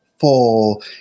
full